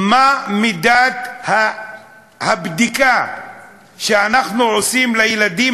מה מידת הבדיקה שאנחנו עושים לילדים